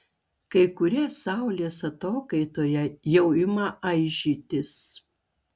kai kurie saulės atokaitoje jau ima aižytis